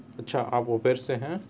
اچھا آپ اُوبر سے ہیں